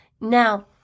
Now